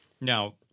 Now